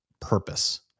purpose